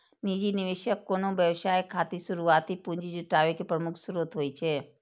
निजी निवेशक कोनो व्यवसाय खातिर शुरुआती पूंजी जुटाबै के प्रमुख स्रोत होइ छै